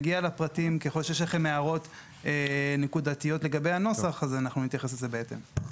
ככל שיש לכם הערות נקודתיות לגבי הנוסח אנחנו נתייחס לזה בהתאם.